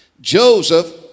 Joseph